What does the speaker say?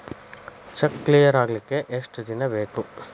Check clear ಆಗಲಿಕ್ಕೆ ಎಷ್ಟ ದಿನ ಬೇಕು?